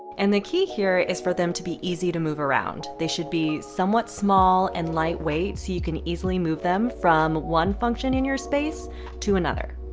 and the key here is for them to be easy to move around. they should be somewhat small and lightweight so you can easily move them from one function in your space to another.